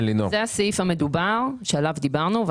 זה הסעיף המדובר, שעליו דיברנו.